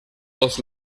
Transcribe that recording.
tots